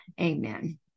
amen